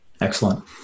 Excellent